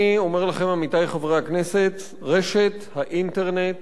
אני אומר לכם, עמיתי חברי הכנסת, רשת האינטרנט